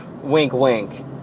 wink-wink